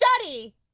study